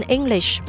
English